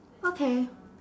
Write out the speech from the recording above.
okay